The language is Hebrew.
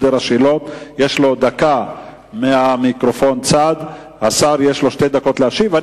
יש דקה ממיקרופון צד ולשר יש שתי דקות להשיב.